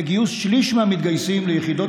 הציבו יעד לגיוס שליש מהמתגייסים ליחידות